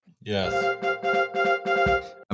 Yes